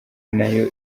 nayo